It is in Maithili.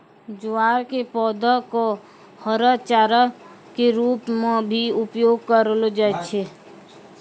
ज्वार के पौधा कॅ हरा चारा के रूप मॅ भी उपयोग करलो जाय छै